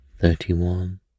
Thirty-one